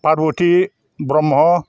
Parbati Brahma